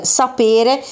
sapere